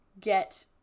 get